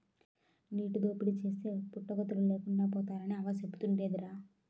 నీటి దోపిడీ చేస్తే పుట్టగతులు లేకుండా పోతారని అవ్వ సెబుతుండేదిరా